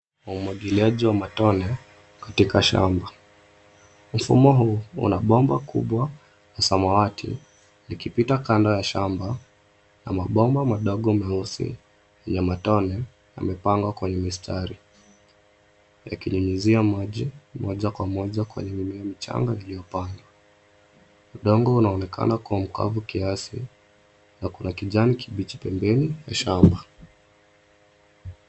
Umwagiliaji wa matone katika shamba, mfumo huu unabomba kubwa la samawati likipita kando ya shamba na mabomba madogo meusi ya matone yamepangwa kwenye mistari , yakinyunyizia maji moja kwa moja kweye mimea michanga iliyopandwa, udongo unaonekana kuwa mkavu kiasi na kuna kijani kibichi pembeni ya shamba.